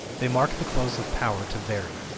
they mark the close of power to vary.